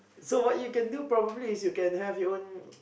so what you can do probably is you can have your own